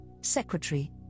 secretary